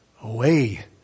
Away